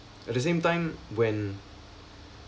at the same time when